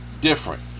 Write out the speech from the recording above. different